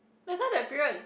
just now that period